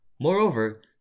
Moreover